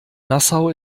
nassau